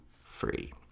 free